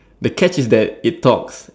the catch is that it talks